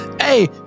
Hey